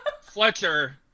Fletcher